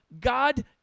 God